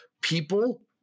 people